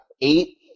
eight